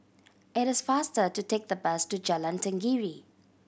it is faster to take the bus to Jalan Tenggiri